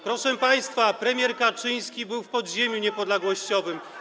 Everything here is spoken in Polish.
Proszę państwa, premier Kaczyński był w podziemiu niepodległościowym.